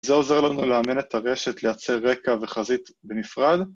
זה עוזר לנו לאמן את הרשת, לייצר רקע וחזית בנפרד.